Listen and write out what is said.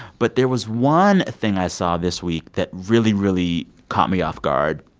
but there was one thing i saw this week that really, really caught me off guard.